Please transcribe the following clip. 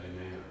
Amen